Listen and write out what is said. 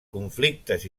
conflictes